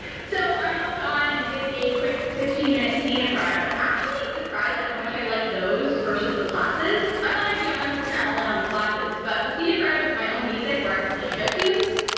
so i hopped on and did a quick fifteen minute scenic ride. i'm actually surprised at how much i liked like those versus the classes. i thought i'd be a hundred percent all in on the classes, but the scenic ride with my own music where i can play show tunes,